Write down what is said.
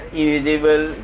invisible